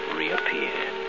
reappeared